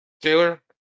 Taylor